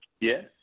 Yes